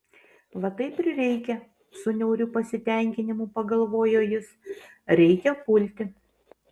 va taip ir reikia su niauriu pasitenkinimu pagalvojo jis reikia pulti